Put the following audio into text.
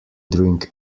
drink